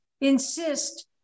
insist